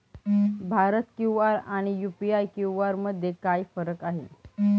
Bharat QR आणि UPI QR मध्ये काय फरक आहे?